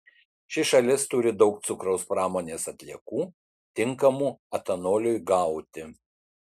ši šalis turi daug cukraus pramonės atliekų tinkamų etanoliui gauti